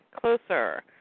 closer